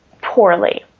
poorly